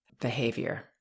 behavior